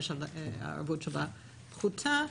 הערבות שלה פחותה.